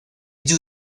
you